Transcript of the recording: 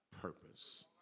purpose